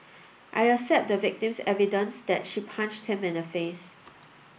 I accept the victim's evidence that she punched him in the face